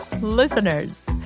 Listeners